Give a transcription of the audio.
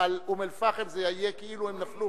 אום-אל-פחם זה יהיה כאילו הם נפלו